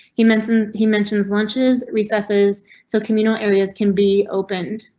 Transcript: he mentioned he mentions lunches. recess is so communal areas can be opened.